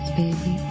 baby